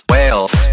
Wales